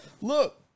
look